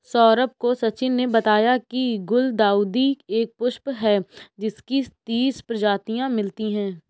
सौरभ को सचिन ने बताया की गुलदाउदी एक पुष्प है जिसकी तीस प्रजातियां मिलती है